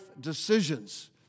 decisions